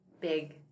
big